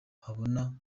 babona